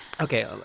Okay